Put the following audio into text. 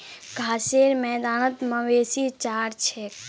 घासेर मैदानत मवेशी चर छेक